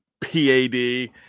PAD